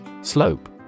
Slope